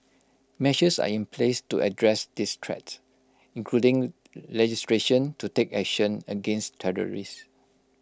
measures are in place to address this threat including legislation to take action against terrorists